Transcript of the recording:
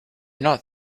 not